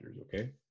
Okay